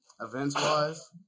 Events-wise